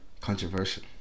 controversial